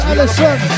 Alison